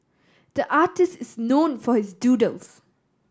the artist is known for his doodles